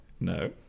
No